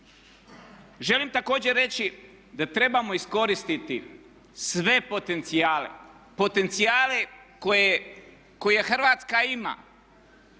Želim također reći da trebamo iskoristiti sve potencijale, potencijale koje Hrvatska ima,